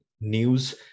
news